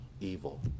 evil